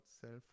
self